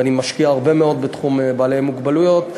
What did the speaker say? ואני משקיע הרבה מאוד בתחום בעלי מוגבלויות,